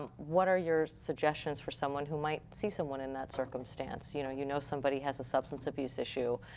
ah what are your suggestions for someone who might see someone in that circumstance? you know you know somebody has a substance abuse issue.